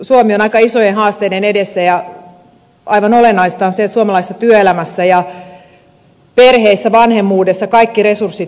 suomi on aika isojen haasteiden edessä ja aivan olennaista on se että suomalaisessa työelämässä ja perheissä vanhemmuudessa kaikki resurssit ovat täydessä käytössä